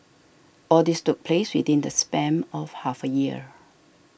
all this took place within the span of half a year